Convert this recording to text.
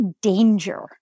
danger